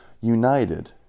united